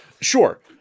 Sure